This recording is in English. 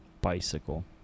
Bicycle